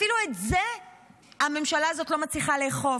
אפילו את זה הממשלה הזאת לא מצליחה לאכוף.